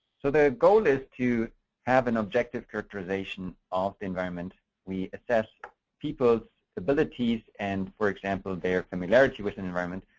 so the goal is to have an objective characterization of the environment. we assess people's abilities, and, for example, their familiarity with an environment.